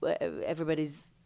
everybody's